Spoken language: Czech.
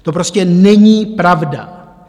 To prostě není pravda.